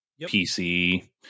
pc